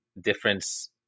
difference